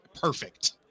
Perfect